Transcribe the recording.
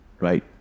right